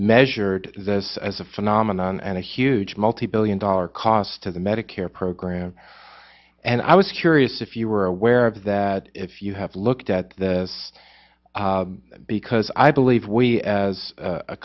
measured this as a phenomenon and a huge multi billion dollar cost to the medicare program and i was curious if you were aware of that if you have looked at this because i believe we as a